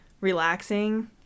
relaxing